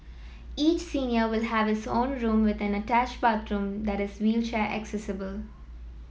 each senior will have his own room with an attached bathroom that is wheelchair accessible